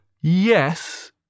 Yes